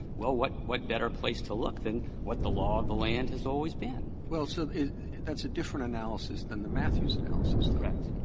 well, what what better place to look than what the law of the land has always been. roberts well, so that's a different analysis than the mathews analysis, though.